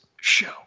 show